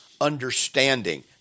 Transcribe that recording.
Understanding